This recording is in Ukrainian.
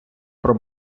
про